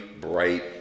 bright